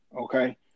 okay